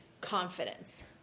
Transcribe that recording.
confidence